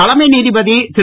தலைமை நீதிபதி திரு